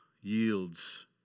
yields